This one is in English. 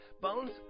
Bones